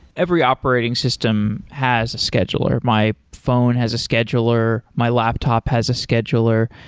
every operating system has a scheduler. my phone has a scheduler. my laptop has a scheduler,